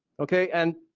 okay? and